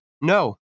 No